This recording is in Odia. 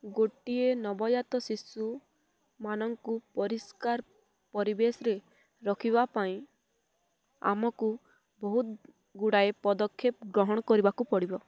ଗୋଟିଏ ନବଜାତ ଶିଶୁମାନଙ୍କୁ ପରିଷ୍କାର ପରିବେଶରେ ରଖିବା ପାଇଁ ଆମକୁ ବହୁତ ଗୁଡ଼ାଏ ପଦକ୍ଷେପ ଗ୍ରହଣ କରିବାକୁ ପଡ଼ିବ